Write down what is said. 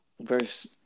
Verse